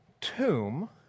tomb